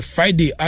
Friday